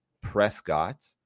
Prescott